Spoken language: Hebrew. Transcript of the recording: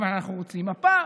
אבל אנחנו רוצים מפה,